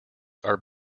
are